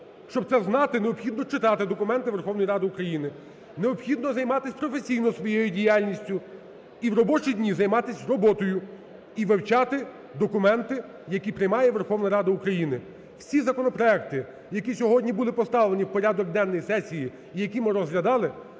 щоб це знати, необхідно читати документи Верховної Ради України, необхідно займатись професійно своєю діяльності, і в робочі дні займатись роботою і вивчати документи, які приймає Верховна Рада України. Всі законопроекти, які сьогодні були поставлені в порядок денний сесії і які ми розглядали,